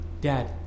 Dad